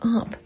up